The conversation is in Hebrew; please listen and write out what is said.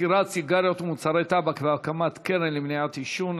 ממכירת סיגריות ומוצרי טבק והקמת קרן למניעת עישון,